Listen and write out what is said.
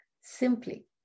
simply